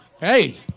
Hey